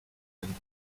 denn